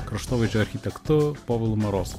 kraštovaizdž io architektu povilu marozu